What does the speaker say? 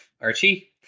Archie